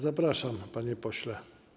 Zapraszam, panie pośle.